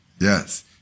Yes